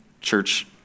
Church